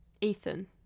ethan